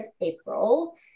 April